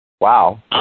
Wow